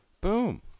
Boom